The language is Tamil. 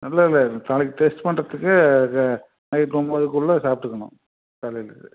இல்லை இல்லை நாளைக்கி டெஸ்ட் பண்ணுறதுக்கு நைட்டு ஒம்போதுக்குள்ளே சாப்பிட்டுக்குணும்